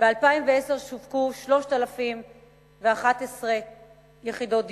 ובשנת 2010 שווקו 3,011 יחידות דיור.